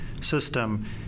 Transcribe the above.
system